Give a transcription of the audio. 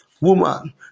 woman